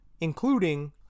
including